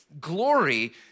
glory